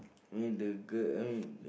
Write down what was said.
I mean the girl I mean